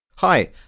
Hi